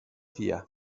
via